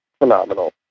phenomenal